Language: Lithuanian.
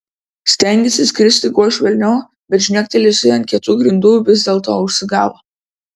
stengėsi kristi kuo švelniau bet žnektelėjusi ant kietų grindų vis dėlto užsigavo